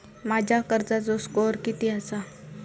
माझ्या कर्जाचो स्कोअर किती आसा?